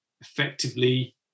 effectively –